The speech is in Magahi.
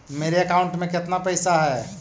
मेरे अकाउंट में केतना पैसा है?